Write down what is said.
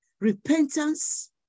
Repentance